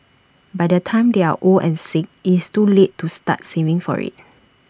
by the time they are old and sick it's too late to start saving for IT